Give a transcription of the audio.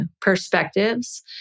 perspectives